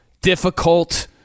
difficult